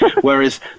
whereas